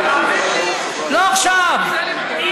לא עכשיו.